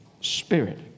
Spirit